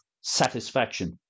satisfaction